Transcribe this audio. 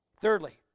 Thirdly